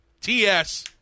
TS